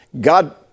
God